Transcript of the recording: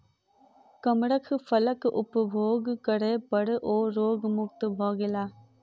कमरख फलक उपभोग करै पर ओ रोग मुक्त भ गेला